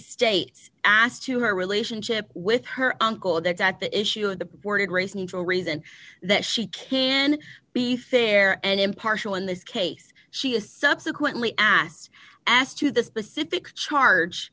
state asked to her relationship with her uncle that's not the issue of the word race neutral reason that she can be fair and impartial in this case she has subsequently asked as to the specific charge